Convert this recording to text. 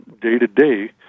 day-to-day